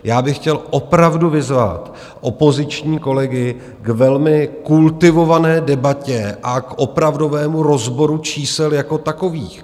Já bych chtěl opravdu vyzvat opoziční kolegy k velmi kultivované debatě a k opravdovému rozboru čísel jako takových.